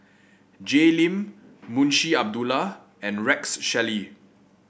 Jay Lim Munshi Abdullah and Rex Shelley